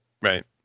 Right